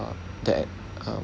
that um